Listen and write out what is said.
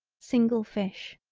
single fish.